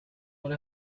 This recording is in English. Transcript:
what